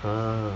mm